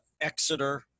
Exeter